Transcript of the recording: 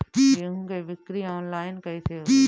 गेहूं के बिक्री आनलाइन कइसे होई?